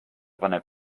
paneb